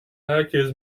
herkes